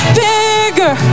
bigger